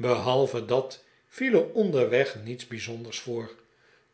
behalve dat viel er onderweg niets bijzonders voor